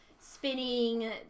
spinning